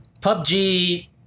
PUBG